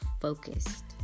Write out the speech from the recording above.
focused